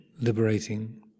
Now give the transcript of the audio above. liberating